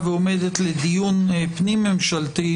מכיוון שאמרתי בדיון הקודם שאנחנו צריכים לשמוע את הסנגוריה ואת